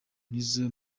nizzo